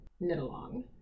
knit-along